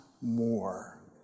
more